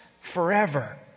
forever